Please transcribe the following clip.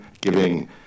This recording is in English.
giving